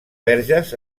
verges